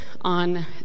on